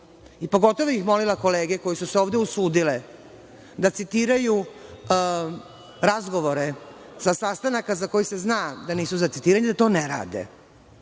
sada. Pogotovo bih molila kolege, koji su se ovde osudile da citiraju razgovore sa sastanaka za koji se zna da nisu za citiranje, da to ne rade,